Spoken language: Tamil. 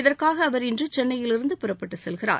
இதற்காக அவர் இன்று சென்னையிலிருந்து புறப்பட்டுச் செல்கிறார்